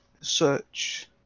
search